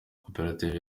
koperative